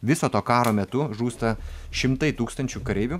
viso to karo metu žūsta šimtai tūkstančių kareivių